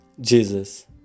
Jesus